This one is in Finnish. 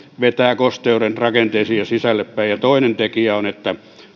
vetää kosteuden rakenteisiin ja sisällepäin ja toinen tekijä on että